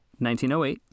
1908